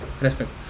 respect